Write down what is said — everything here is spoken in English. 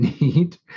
need